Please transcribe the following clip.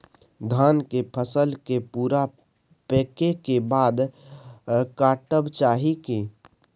धान के फसल के पूरा पकै के बाद काटब चाही की?